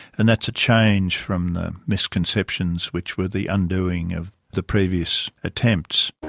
and that's a change from the misconceptions which were the undoing of the previous attempts.